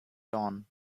dawn